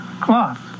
cloth